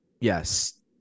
yes